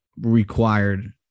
required